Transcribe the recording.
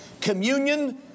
communion